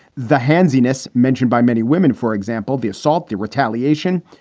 the hanzi ness mentioned by many women, for example, the assault, the retaliation,